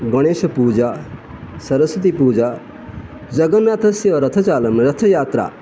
गणेशपूजा सरस्वतीपूजा जगन्नाथस्य रथचालनं रथयात्रा